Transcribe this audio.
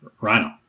Rhino